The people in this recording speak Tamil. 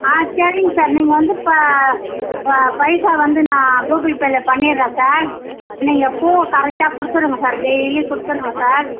ஆ சரிங்க சார் நீங்கள் வந்து இப்போ பைசா வந்து நான் கூகுள் பேவில் பண்ணிடுறேன் சார் நீங்கள் பூ கரெக்டாக கொடுத்துருங்க சார் டெய்லி கொடுத்துருங்க சார்